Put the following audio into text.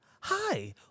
hi